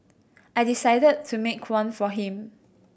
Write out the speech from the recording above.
I decided to make one for him